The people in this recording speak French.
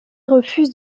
refuse